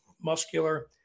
muscular